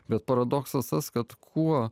bet paradoksas tas kad kuo